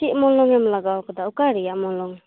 ᱪᱮᱫᱽ ᱢᱚᱞᱚᱢᱮᱢ ᱞᱟᱜᱟᱣᱟᱠᱟᱫᱟ ᱚᱠᱟᱨᱮᱭᱟᱜ ᱢᱚᱞᱚᱢ